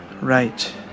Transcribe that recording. right